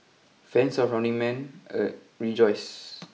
fans of Running Man uh rejoice